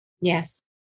Yes